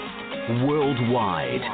Worldwide